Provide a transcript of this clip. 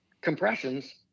compressions